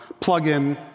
plugin